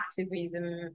activism